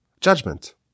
judgment